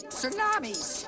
tsunamis